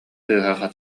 тыаһа